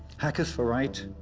hackers for right,